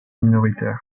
minoritaire